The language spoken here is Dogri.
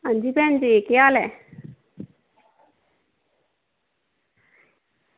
अंजी भैनजी केह् हाल ऐ